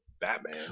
Batman